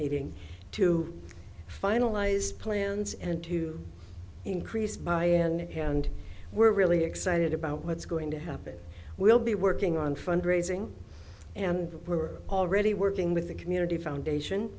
meeting to finalize plans and to increase by end of hand we're really excited about what's going to happen we'll be working on fundraising and we're already working with the community foundation